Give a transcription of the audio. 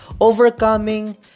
Overcoming